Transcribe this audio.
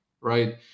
right